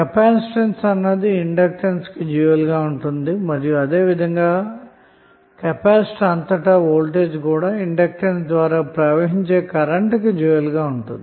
capacitance అన్నది inductance కి dual గా ఉంటుంది అలాగే కెపాసిటర్ అంతటా వోల్టేజ్ కూడా ఇండక్టెన్స్ ద్వారా ప్రవహించే కరెంటు కి డ్యూయల్ గా ఉంటుంది